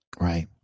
Right